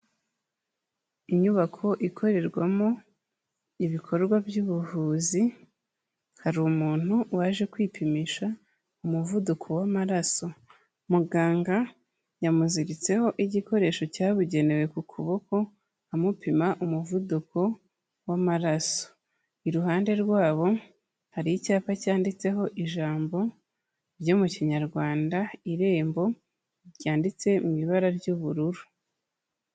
Inyubako ikorerwamo ibikorwa by'ubuvuzi, hari umuntu waje kwipimisha umuvuduko w'amaraso. Muganga yamuziritseho igikoresho cyabugenewe ku kuboko amupima umuvuduko w'amaraso. Iruhande rwabo hari icyapa cyanditseho ijambo ryo mu Kinyarwanda "irembo" ryanditse mu ibara ry'ubururu.